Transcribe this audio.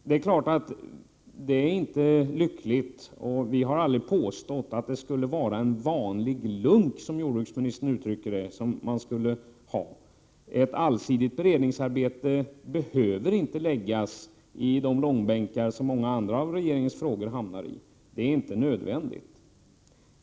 Det är naturligtvis inte lyckligt att det skulle vara en vanlig lunk, som jordbruksministern uttrycker det — och det har vi aldrig påstått. Ett allsidigt beredningsarbete behöver inte läggas i de långbänkar som många andra av regeringens frågor hamnar i — det är faktiskt inte nödvändigt.